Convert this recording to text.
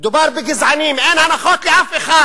מדובר בגזענים, אין הנחות לאף אחד